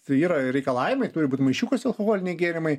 yra reikalavimai turi būti maišiukuose alkoholiniai gėrimai